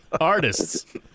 Artists